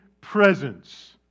presence